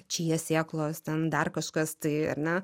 čija sėklos ten dar kažkastai ar ne